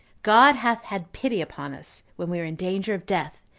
god hath had pity upon us, when we were in danger of death,